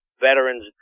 veterans